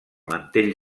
mantell